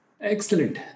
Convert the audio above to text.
Excellent